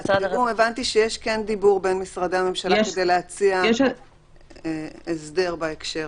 הבנתי שיש דיבור בין משרדי הממשלה כדי להציע הסדר בהקשר.